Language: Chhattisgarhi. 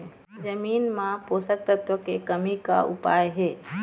जमीन म पोषकतत्व के कमी का उपाय हे?